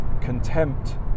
contempt